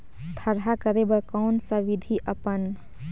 थरहा करे बर कौन सा विधि अपन?